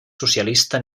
socialista